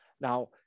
Now